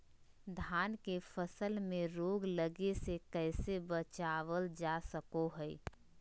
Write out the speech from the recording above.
धान के फसल में रोग लगे से कैसे बचाबल जा सको हय?